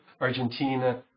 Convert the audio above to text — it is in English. Argentina